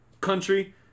country